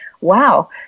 wow